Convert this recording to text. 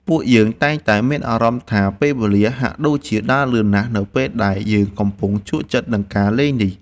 ពួកយើងតែងតែមានអារម្មណ៍ថាពេលវេលាហាក់ដូចជាដើរលឿនណាស់នៅពេលដែលយើងកំពុងជក់ចិត្តនឹងការលេងនេះ។